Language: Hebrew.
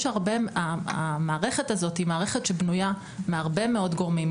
המערכת הזאת בנויה מהרבה מאוד גורמים,